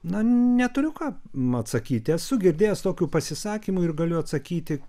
na neturiu ką atsakyti esu girdėjęs tokių pasisakymų ir galiu atsakyti